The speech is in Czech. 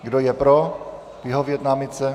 Kdo je pro vyhovět námitce?